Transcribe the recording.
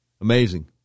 Amazing